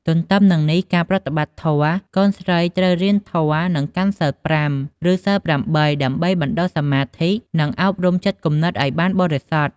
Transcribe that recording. ទទ្ទឹមនឹងនេះ ការប្រតិបត្តិធម៌ កូនស្រីត្រូវរៀនធម៌ និងកាន់សីល ៥ ឬសីល ៨ ដើម្បីបណ្តុះសមាធិ និងអប់រំចិត្តគំនិតឱ្យបានបរិសុទ្ធ។